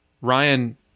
Ryan